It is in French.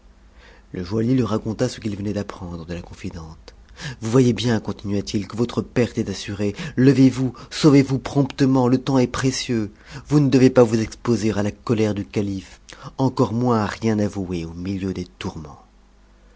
le joaillier lui raconta ce qu'il venait d'apprendre de la confidente vous voyez bien continua-t-il que votre perte est assurée levez-vous sauvez-vous promptement le temps est précieux vous ne devez pas ous exposer à la colère du calife encore moins à rien avouer au milieu des tourments